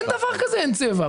אין דבר כזה אין צבע.